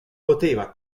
poteva